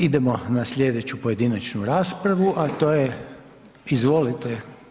Idemo na slijedeću pojedinačnu raspravu, a to je, izvolite.